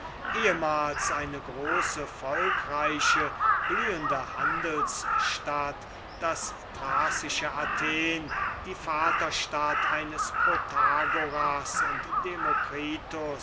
ehmals eine große volkreiche blühende handelsstadt das thracische athen die vaterstadt eines protagoras und demokritus